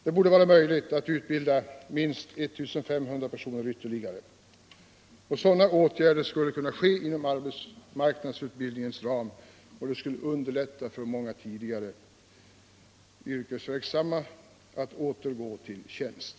Det bör vara möjligt att utbilda minst 1 500 personer ytterligare. Sådana åtgärder skulle kunna vidtas inom arbetsmarknadsutbildningens ram. Det skulle underlätta för tidigare yrkesverksamma att återgå i tjänst.